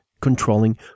controlling